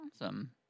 awesome